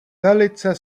velice